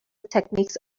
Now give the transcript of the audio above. techniques